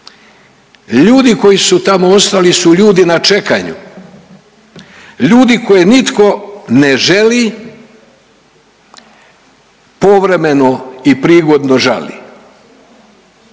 Ljudi koji su tamo ostali su ljudi na čekanju, ljude koje nitko ne želi, povremeno i prigodno žali